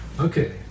Okay